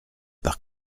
par